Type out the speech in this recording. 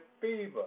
fever